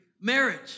marriage